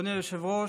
אדוני היושב-ראש,